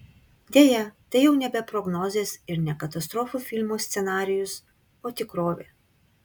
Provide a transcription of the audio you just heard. deja tai jau nebe prognozės ir ne katastrofų filmo scenarijus o tikrovė